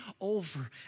over